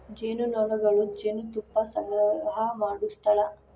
ಜೇನುನೊಣಗಳು ಜೇನುತುಪ್ಪಾ ಸಂಗ್ರಹಾ ಮಾಡು ಸ್ಥಳಾ